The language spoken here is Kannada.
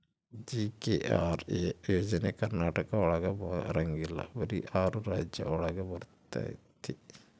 ಜಿ.ಕೆ.ಆರ್.ಎ ಯೋಜನೆ ಕರ್ನಾಟಕ ಒಳಗ ಬರಂಗಿಲ್ಲ ಬರೀ ಆರು ರಾಜ್ಯ ಒಳಗ ಬರ್ತಾತಿ